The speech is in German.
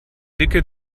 dicke